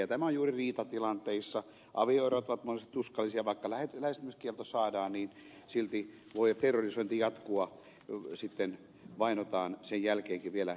ja tämä on juuri riitatilanteissa avioerot ovat monesti tuskallisia vaikka lähestymiskielto saadaan niin silti voi terrorisointi jatkua sitten vainotaan sen jälkeenkin vielä tekstiviesteillä